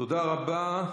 תודה רבה.